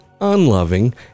unloving